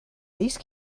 these